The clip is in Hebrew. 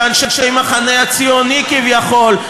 ואנשי המחנה הציוני כביכול,